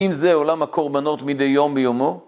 אם זה עולם הקורבנות מדי יום ביומו?